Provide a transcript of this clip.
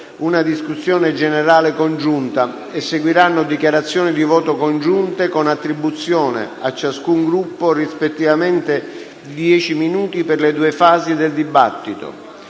una discussione generale congiunta e seguiranno dichiarazioni di voto congiunte con attribuzione, a ciascun Gruppo, rispettivamente di dieci minuti per le fasi del dibattito.